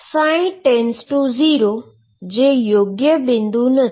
ψ→0 જે યોગ્ય બિંદુ નથી